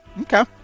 Okay